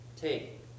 Take